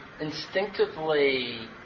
instinctively